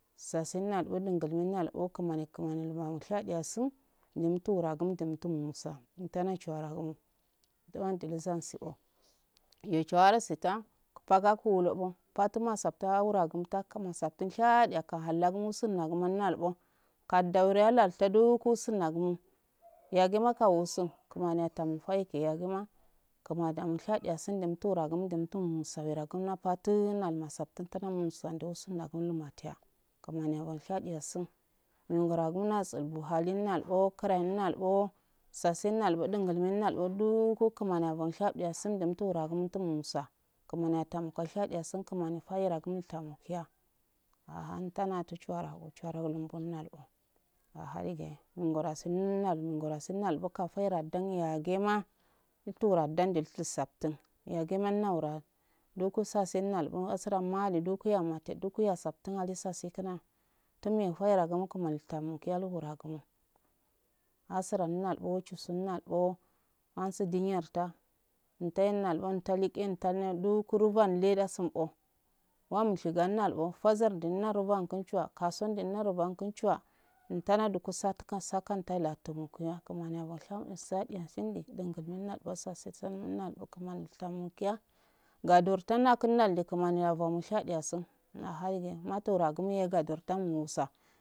Sasiu nalbo dinglume nalbo kumani kumani yalbamu shadiyasum noyumta waragun niyumtum musa intana chuwara gum towandi lusau sio yeehuwaro sita kupagako wulo bo patima safta wuragum takum saftin shade akahallagumo sunnagi mannalbo kadaureya lal dokosunwa nagumo yagima kawu sun kumayatumo fake yagima kumani yada mo shadiyasum nam turagum numtum sawera gumna patu nal masaftin nanam sunna doluma tiya kumani yabal shediyasun wen yero gumsun bahalinal bo krami nal bo sasinnaso bundline nalbo duk gu kunani yaban shadiyasun ndam turagu umtumsa kuman yakam shadiyasun kumani fairagun kumul tamodiya aha dige ngoro asin asi nnalu dalnde tulsaftnyagima naura doka sasinnalbo asuran malido kuyamati duuya saftin alisa sikuna tumeteragu kumani tamu ki yal huro kumo asura minalbo chusunalbo ansi duniyarta ntainalbo taligi ntaligin tanna du kuruvan ledusunbo washigannalbo fazarduniya raban kuchwa kasun duniya ruba kinchuwa uutanado kusatinwa sukan taila tumu kuya kumamya bamal tad shadiya sine dungul me nasesa sunnodbo kumani yil tamokiya.